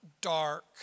dark